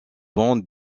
bandes